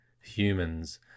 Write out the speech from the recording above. humans